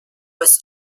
was